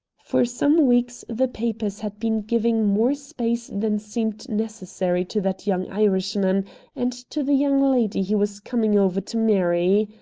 for some weeks the papers had been giving more space than seemed necessary to that young irishman and to the young lady he was coming over to marry.